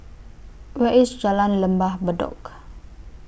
Where IS Jalan Lembah Bedok